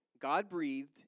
God-breathed